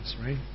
right